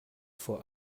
vor